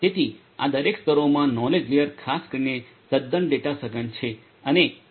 તેથી આ દરેક સ્તરોમા નોલેજ લેયર ખાસ કરીને તદ્દન ડેટા સઘન છે